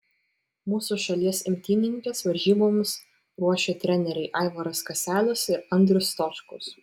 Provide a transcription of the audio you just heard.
mūsų šalies imtynininkes varžyboms ruošė treneriai aivaras kaselis ir andrius stočkus